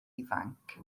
ifanc